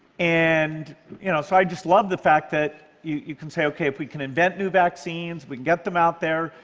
and you know so i just love the fact that you can say, okay, if we can invent new vaccines, we can get them out there,